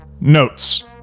notes